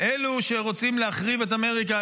אלו שרוצים להחריב את אמריקה,